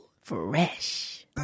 Fresh